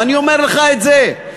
ואני אומר לך את זה,